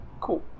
Cool